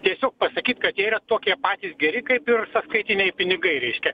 tiesiog pasakyt kad jie yra tokie patys geri kaip ir sąskaitiniai pinigai reiškia